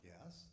Yes